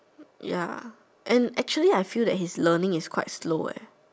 ya and actually I feel like that his learning is quite slow eh